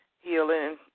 Healing